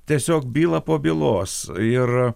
tiesiog byla po bylos ir